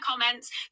comments